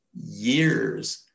years